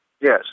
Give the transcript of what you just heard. Yes